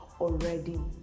already